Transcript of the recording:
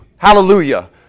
Hallelujah